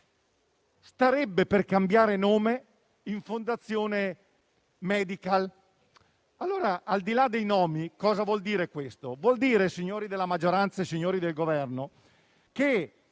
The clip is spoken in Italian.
starebbe per cambiare nome in fondazione Medical. Al di là dei nomi, questo vuol dire, signori della maggioranza e signori del Governo, che